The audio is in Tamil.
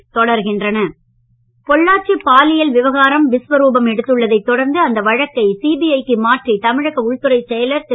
பொள்ளாச்சி சிபிஐ பொள்ளாச்சி பாலியல் விவகாரம் விஸ்வரூபம் எடுத்துள்ளதை தொடர்ந்து அந்த வழக்கை சிபிஐ க்கு மாற்றி தமிழக உள்துறை செயலர் திரு